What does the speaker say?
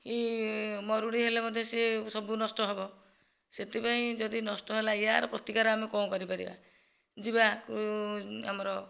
କି ମରୁଡ଼ି ହେଲେ ମଧ୍ୟ ସେ ସବୁ ନଷ୍ଟ ହେବ ସେଥିପାଇଁ ଯଦି ନଷ୍ଟ ହେଲା ଏହାର ପ୍ରତିକାର ଆମେ କଣ କରିପାରିବା ଯିବା ଆମର